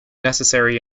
necessary